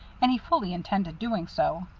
and he fully intended doing so.